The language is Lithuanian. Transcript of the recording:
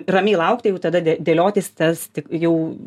ramiai laukti jau tada dė dėliotis tas tik jau